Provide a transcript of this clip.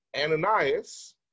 ananias